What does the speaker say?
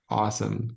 awesome